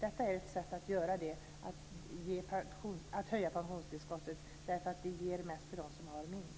Att höja pensionstillskottet är ett sätt att göra det därför att det ger mest till dem som har minst.